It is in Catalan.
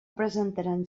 presentaran